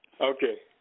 Okay